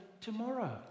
tomorrow